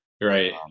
Right